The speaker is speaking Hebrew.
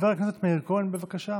חבר הכנסת מאיר כהן, בבקשה,